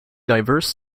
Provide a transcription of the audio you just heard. diverse